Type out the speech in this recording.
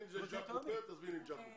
אם זה ז'אק קופר, תזמיני את ז'אק קופר